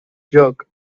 jerk